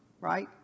right